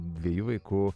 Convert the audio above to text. dviejų vaikų